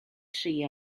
tri